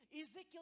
Ezekiel